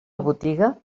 botiga